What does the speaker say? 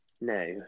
No